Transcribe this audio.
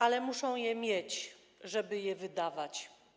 Ale muszą je mieć, żeby je wydawać.